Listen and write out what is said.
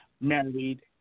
married